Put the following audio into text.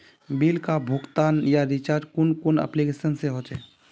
Bill का भुगतान या रिचार्ज कुन कुन एप्लिकेशन से होचे?